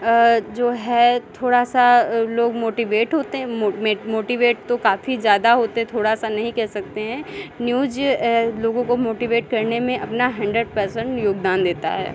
जो है थोड़ा सा लोग मोटीवेट होते हैं मो मे मोटीवेट तो काफ़ी ज़्यादा होते थोड़ा सा तो नहीं कह सकते हैं न्यूज़ लोगों को मोटीवेट करने में अपना हंड्रेड परसेंट योगदान देता है